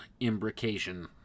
imbrication